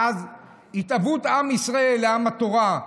מאז התהוות עם ישראל לעם התורה.